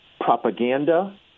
propaganda